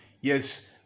yes